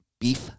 beef